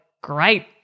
great